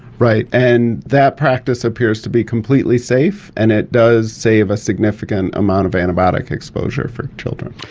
right, and that practice appears to be completely safe and it does save a significant amount of antibiotic exposure for children.